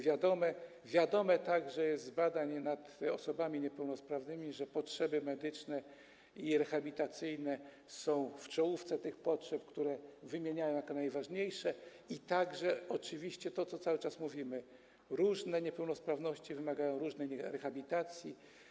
Wiadomo także z badań nad osobami niepełnosprawnymi, że potrzeby medyczne i rehabilitacyjne są w czołówce tych potrzeb, które wymieniane są jako najważniejsze, i także oczywiście to, o czym cały czas mówimy: różne niepełnosprawności wymagają różnej rehabilitacji.